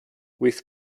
with